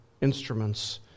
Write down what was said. instruments